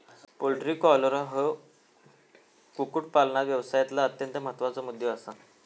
poultry cholera ह्यो कुक्कुटपालन व्यवसायातलो अत्यंत महत्त्वाचा मुद्दो आसा